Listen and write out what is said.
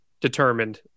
determined